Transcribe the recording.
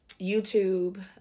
YouTube